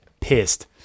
pissed